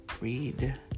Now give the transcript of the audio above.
read